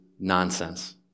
Nonsense